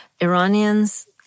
Iranians